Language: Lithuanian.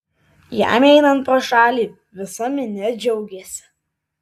jam einant pro šalį visa minia džiaugėsi